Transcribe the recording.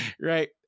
Right